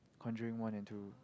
Conjuring one and two